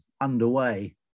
underway